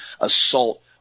assault